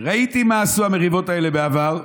ראיתי מה עשו המריבות האלה בעבר,